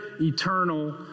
eternal